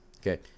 Okay